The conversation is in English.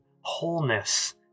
wholeness